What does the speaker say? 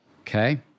Okay